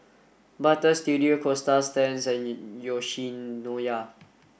Butter Studio Coasta Stands and Yoshinoya